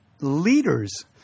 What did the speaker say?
leaders